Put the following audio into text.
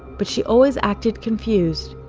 but she always acted confused.